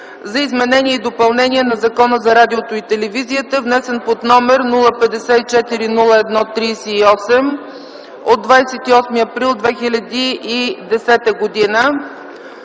за изменение и допълнение на Закона за радиото и телевизията, внесен под № 054-01-38 от 28 април 2010 г.